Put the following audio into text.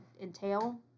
entail